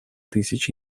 тысяч